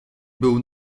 był